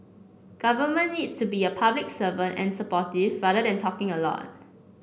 government needs to be a public servant and supportive rather than talking a lot